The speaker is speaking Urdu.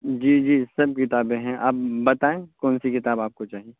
جی جی سب کتابیں ہیں آپ بتائیں کون سی کتاب آپ کو چاہیے